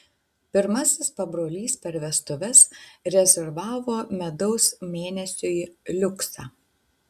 pirmasis pabrolys per vestuves rezervavo medaus mėnesiui liuksą